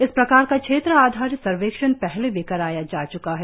इस प्रकार का क्षेत्र आधारित सर्वेक्षण पहले भी कराया जा च्का है